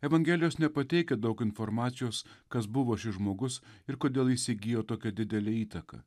evangelijos nepateikia daug informacijos kas buvo šis žmogus ir kodėl jis įsigijo tokią didelę įtaką